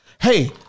Hey